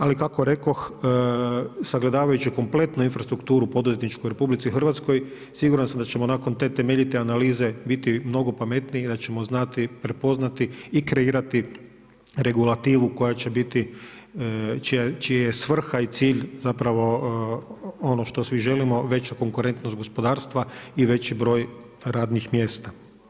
Ali kako rekoh sagledavajući kompletno infrastrukturu poduzetničku u RH, siguran sam da ćemo nakon te temeljite analize biti mnogo pametniji i da ćemo znati prepoznati i kreirati regulativu koja će biti, čija je svrha i cilj ono što svi želimo, veća konkurentnost gospodarstva i veći broj radnih mjesta.